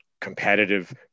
competitive